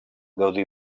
gaudir